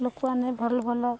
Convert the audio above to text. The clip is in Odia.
ଲୋକମାନେ ଭଲ ଭଲ